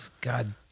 god